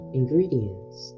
ingredients